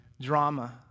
drama